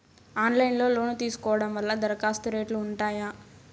Online లో loan తీసుకోవడం వల్ల దరఖాస్తు రేట్లు ఉంటాయా?